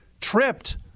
tripped